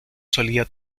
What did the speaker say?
solía